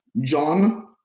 John